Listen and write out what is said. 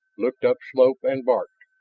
looked upslope, and barked.